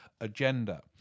agenda